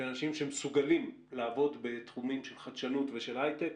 אנשים שמסוגלים לעבוד בתחומים של חדשנות ושל היי-טק,